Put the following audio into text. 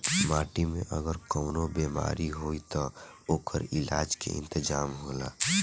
माटी में अगर कवनो बेमारी होई त ओकर इलाज के इंतजाम होला